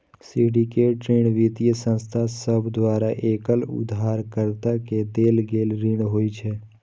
syndicate ऋण वित्तीय संस्थान सभ द्वारा एकल उधारकर्ता के देल गेल ऋण होइ छै